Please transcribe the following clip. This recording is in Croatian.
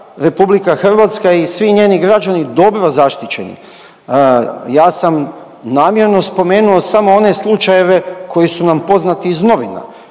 trenutka RH i svi njeni građani dobro zaštićeni. Ja sam namjerno spomenuo samo one slučajeve koji su nam poznati iz novina.